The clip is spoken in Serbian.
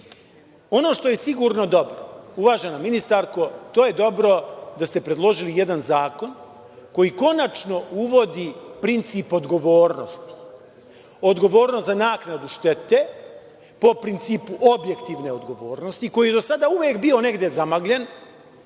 što je sigurno dobro, uvažena ministarko, to je dobro da ste predložili jedan zakon koji konačno uvodi princip odgovornosti – odgovornost za naknadu štete, po principu objektivne odgovornosti i koji je do sada uvek bio negde zamagljen